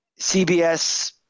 CBS